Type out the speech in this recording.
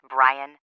Brian